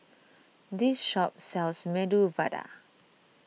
this shop sells Medu Vada